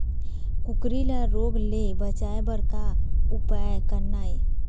कुकरी ला रोग ले बचाए बर का उपाय करना ये?